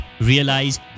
realize